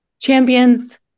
Champions